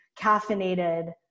caffeinated